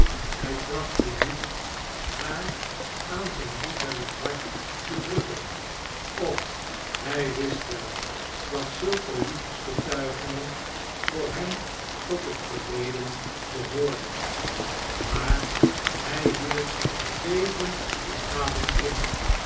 hij trachtte niet haar aan zijn liefhebbend hart te drukken och hij wist wel dat zulke liefdesbetuigingen voor hem tot het verleden behoorden maar hij hield bevend den adem in